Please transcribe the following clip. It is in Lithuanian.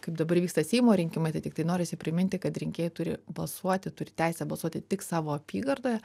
kaip dabar vyksta seimo rinkimai tai tiktai norisi priminti kad rinkėjai turi balsuoti turi teisę balsuoti tik savo apygardoje